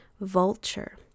Vulture